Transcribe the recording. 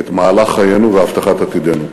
את מהלך חיינו והבטחת עתידנו.